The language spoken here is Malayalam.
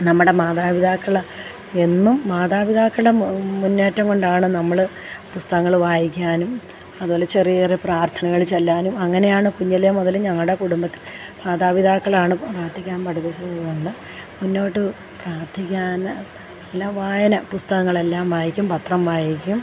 നമ്മുടെ മാതാപിതാക്കൾ എന്നും മാതാപിതാക്കളുടെ മു മുന്നേറ്റം കൊണ്ടാണ് നമ്മൾ പുസ്തകങ്ങൾ വായിക്കാനും അതുപോലെ ചെറിയ ചെറിയ പ്രാര്ത്ഥനകൾ ചൊല്ലാനും അങ്ങിനെയാണ് കുഞ്ഞിലെ മുതല് ഞങ്ങളുടെ കുടുംബത്തില് മാതാപിതാക്കളാണ് പ്രാര്ത്ഥിക്കാന് പഠിപ്പിച്ചതും മുന്നോട്ടു പ്രാർത്ഥിക്കാനും പിന്നെ വായന പുസ്തകങ്ങളെല്ലാം വായിക്കും പത്രം വായിക്കും